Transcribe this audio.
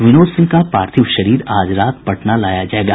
विनोद सिंह का पार्थिव शरीर आज रात पटना लाया जायेगा